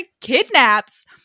kidnaps